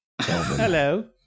Hello